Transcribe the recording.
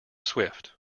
swift